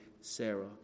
Sarah